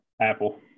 Apple